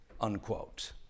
unquote